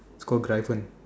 it's called Gryphon